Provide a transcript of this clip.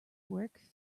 work